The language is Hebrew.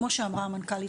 כמו שאמרה המנכ"לית,